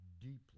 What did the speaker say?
deeply